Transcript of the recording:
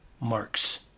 Marx